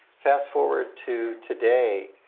fast forward to today,